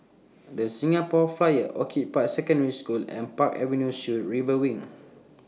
The Singapore Flyer Orchid Park Secondary School and Park Avenue Suites River Wing